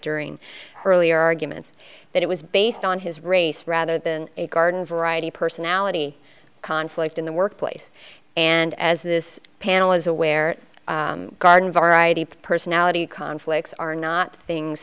during earlier arguments that it was based on his race rather than a garden variety personality conflict in the workplace and as this panel is aware garden variety personality conflicts are not things